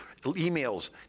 emails